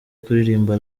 kuririmba